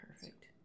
Perfect